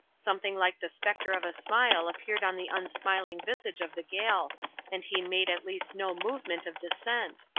something like the spectre of a smile appeared on the unsmiling visage of the gael and he made at least no movement of dissent.